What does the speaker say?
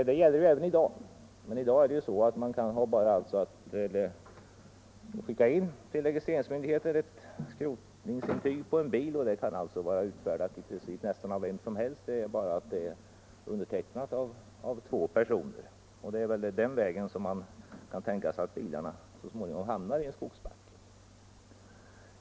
Det gäller även i dag, men det räcker med att bara skicka in ett skrotningsintyg på bilen till registreringsmyndigheten, ett intyg som kan vara utfärdat av nästan vem som helst bara det är undertecknat av två personer. Det är väl den vägen man kan tänka sig att bilarna så småningom hamnar i en skogsbacke.